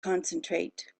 concentrate